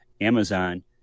Amazon